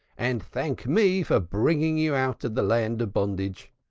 and thank me for bringing you out of the land of bondage.